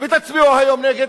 ותצביעו היום נגד,